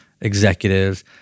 executives